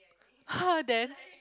!huh! then